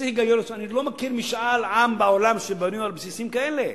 אני לא מכיר משאל עם בעולם שבנוי על בסיסים כאלה.